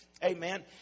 Amen